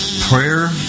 Prayer